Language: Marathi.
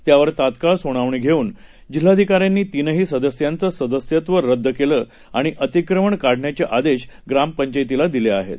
त्यावरतात्काळसुनावणीघेऊनजिल्हाधिकाऱ्यांनीतिनहीसदस्यांचंसदस्यत्वरद्दकेलं आणिअतिक्रमणकाढण्याचेआदेशग्रामपंचायतीलादिलेआहेत